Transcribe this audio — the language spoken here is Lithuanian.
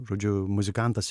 žodžiu muzikantas